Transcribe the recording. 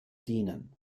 dienen